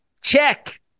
check